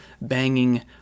banging